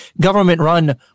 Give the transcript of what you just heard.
government-run